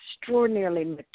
extraordinarily